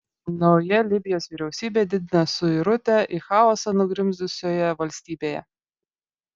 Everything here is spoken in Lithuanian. nauja libijos vyriausybė didina suirutę į chaosą nugrimzdusioje valstybėje